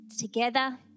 together